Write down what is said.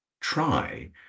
try